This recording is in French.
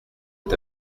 est